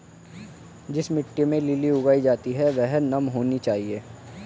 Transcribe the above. जिस मिट्टी में लिली उगाई जाती है वह नम होनी चाहिए